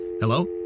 Hello